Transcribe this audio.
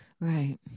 Right